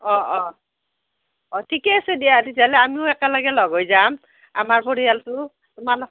অঁ অঁ অঁ ঠিকেই আছে দিয়া তেতিয়াহ'লে আমিও একেলগে লগ হৈ যাম আমাৰ পৰিয়ালটো তোমালোক